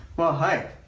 well hi!